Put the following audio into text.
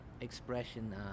expression